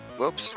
Whoops